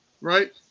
Right